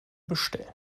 bestellen